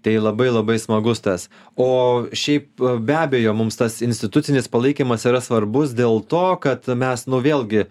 tai labai labai smagus tas o šiaip be abejo mums tas institucinis palaikymas yra svarbus dėl to kad mes nu vėlgi